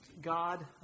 God